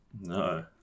No